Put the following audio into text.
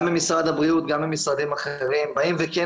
גם משרד הבריאות וגם משרדים אחרים באים וכן